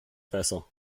besser